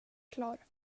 klar